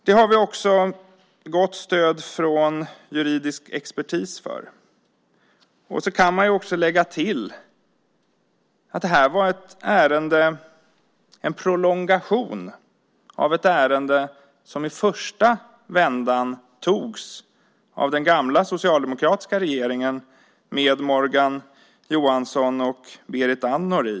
Vi har också gott stöd från juridisk expertis för detta. Man kan lägga till att detta var en prolongation av ett ärende som i första vändan togs av den gamla socialdemokratiska regeringen med Morgan Johansson och Berit Andnor.